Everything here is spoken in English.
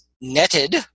netted